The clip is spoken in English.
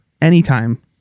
Anytime